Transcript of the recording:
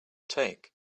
take